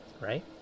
right